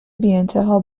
بیانتها